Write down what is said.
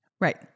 right